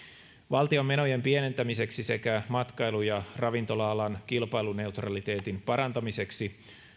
valtion menojen pienentämiseksi sekä matkailu ja ravintola alan kilpailuneutraliteetin parantamiseksi